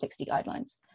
guidelines